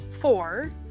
four